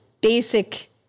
basic